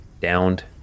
downed